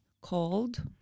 called